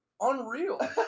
unreal